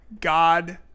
God